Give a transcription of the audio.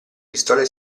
pistole